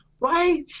Right